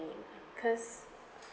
cause